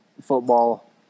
football